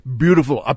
beautiful